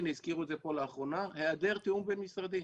הזכירו את זה פה לאחרונה היעדר תיאום בין-משרדי.